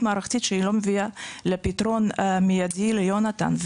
מערכתית שהיא לא מביאה לפתרון מיידי ליונתן.